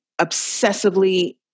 obsessively